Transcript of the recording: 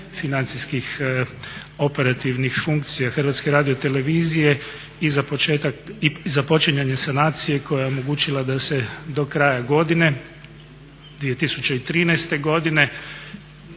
financijskih operativnih funkcija Hrvatske radiotelevizije i započinjanje sanacije koja je omogućila da se do kraja godine 2013. godine